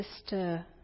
sister